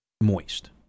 moist